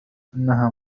إنها